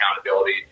accountability